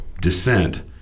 descent